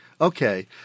Okay